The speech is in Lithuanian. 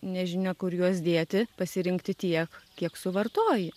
nežinia kur juos dėti pasirinkti tiek kiek suvartoji